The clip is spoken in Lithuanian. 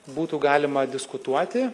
būtų galima diskutuoti